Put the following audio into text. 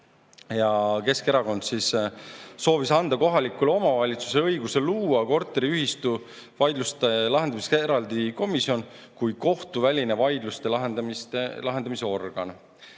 Keskerakond soovis anda kohalikule omavalitsusele õiguse luua korteriühistute vaidluste lahendamiseks eraldi komisjon kui kohtuvälise vaidluste lahendamise organ.